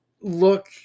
look